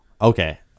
okay